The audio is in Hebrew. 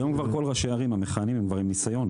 היום כבר כל ראשי הערים המכהנים הם כבר עם ניסיון,